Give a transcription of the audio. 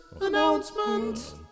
Announcement